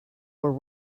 were